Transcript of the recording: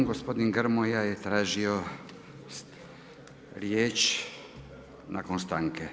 Gospodin Grmoja je tražio riječ nakon stanke.